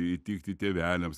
įtikti tėveliams